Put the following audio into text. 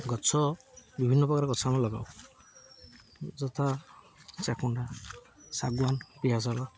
ଗଛ ବିଭିନ୍ନ ପ୍ରକାର ଗଛ ଆମେ ଲଗାଉ ଯଥା ଚାକୁଣ୍ଡା ଶାଗୁଆନ୍ ପିଆଶାଳ